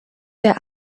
der